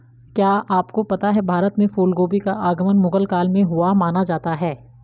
क्या आपको पता है भारत में फूलगोभी का आगमन मुगल काल में हुआ माना जाता है?